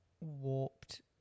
warped